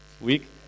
week